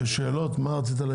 מה רצית להעיר?